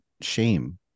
shame